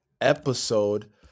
episode